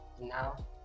Now